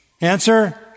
Answer